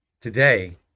today